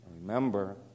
Remember